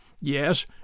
Yes